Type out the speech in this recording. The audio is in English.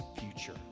future